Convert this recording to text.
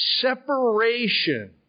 separation